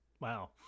wow